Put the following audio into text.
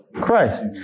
Christ